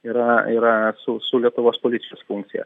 yra yra su su lietuvos policijos funkcija